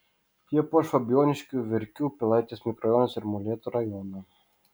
jie puoš fabijoniškių verkių pilaitės mikrorajonus ir molėtų rajoną